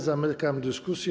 Zamykam dyskusję.